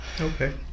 Okay